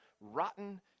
rotten